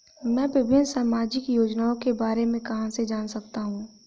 मैं विभिन्न सामाजिक योजनाओं के बारे में कहां से जान सकता हूं?